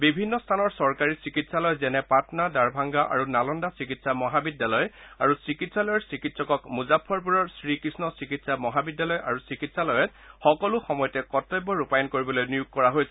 বিভিন্ন স্থানৰ চৰকাৰী চিকিৎসালয় যেনে পাটনা দ্বাৰভাংগা আৰু নালন্দা চিকিৎসা মহাবিদ্যালয় আৰু চিকিৎসালয়ৰ চিকিৎসকক মুজাফ্ফৰপুৰৰ শ্ৰীকৃষ্ণ চিকিৎসা মহাবিদ্যালয় আৰু চিকিৎসালয়ত সকলো সময়তে কৰ্তব্য ৰূপায়ণ কৰিবলৈ নিয়োগ কৰা হৈছে